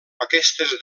aquestes